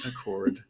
accord